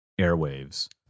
airwaves